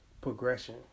progression